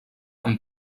amb